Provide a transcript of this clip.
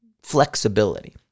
flexibility